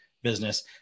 business